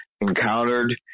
encountered